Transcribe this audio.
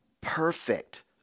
perfect